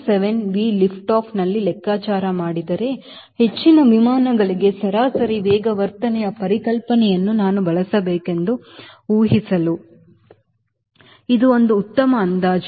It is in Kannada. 7 V lift offನಲ್ಲಿ ಲೆಕ್ಕಾಚಾರ ಮಾಡಿದರೆ ಹೆಚ್ಚಿನ ವಿಮಾನಗಳಿಗೆ ಸರಾಸರಿ ವೇಗವರ್ಧನೆಯ ಪರಿಕಲ್ಪನೆಯನ್ನು ನಾನು ಬಳಸಬಹುದೆಂದು ಉಹಿಸಲು ಇದು ಒಂದು ಉತ್ತಮ ಅಂದಾಜು